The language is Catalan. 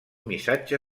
missatge